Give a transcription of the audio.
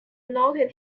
noted